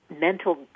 mental